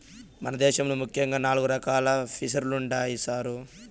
మన దేశంలో ముఖ్యంగా నాలుగు రకాలు ఫిసరీలుండాయి సారు